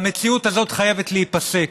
המציאות הזאת חייבת להיפסק,